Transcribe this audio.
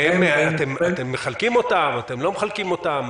ואתם מחלקים אותם, אתם לא מחלקים אותם?